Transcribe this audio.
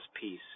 peace